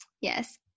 yes